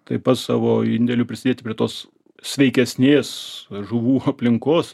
taip pat savo indėliu prisidėti prie tos sveikesnės žuvų aplinkos